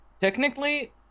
Technically